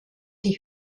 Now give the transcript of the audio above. die